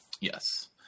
Yes